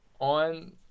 on